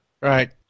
Right